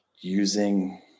using